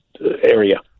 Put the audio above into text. area